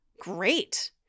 great